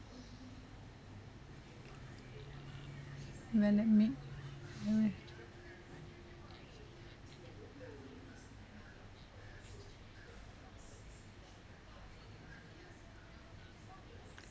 when admit